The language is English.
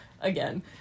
again